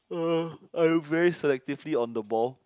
I very selectively on the ball